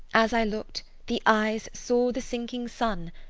as i looked, the eyes saw the sinking sun,